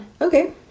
Okay